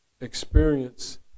experience